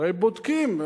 הרי בודקים,